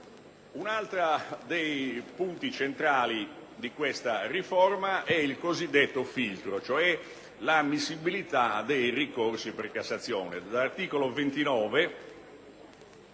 Un altro punto centrale della riforma è il cosiddetto filtro, vale a dire l'ammissibilità dei ricorsi per Cassazione.